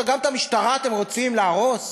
גם את המשטרה אתם רוצים להרוס?